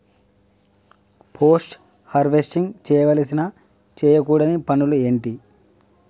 Post harvesting చేయవలసిన చేయకూడని పనులు ఏంటి?